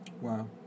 Wow